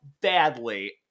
badly